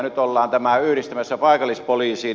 nyt ollaan tämä yhdistämässä paikallispoliisiin